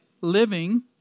living